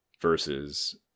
Versus